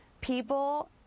people